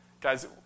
Guys